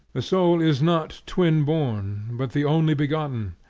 the soul is not twin-born but the only begotten,